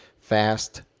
fast